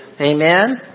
Amen